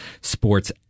Sports